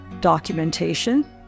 documentation